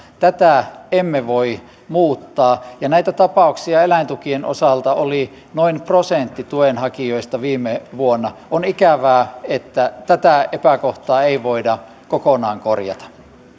emme tätä voi muuttaa ja näitä tapauksia eläintukien osalta oli noin prosentti tuen hakijoista viime vuonna on ikävää että tätä epäkohtaa ei voida kokonaan korjata